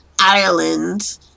Ireland